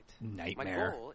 Nightmare